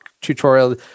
tutorial